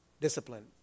Discipline